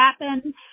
Happen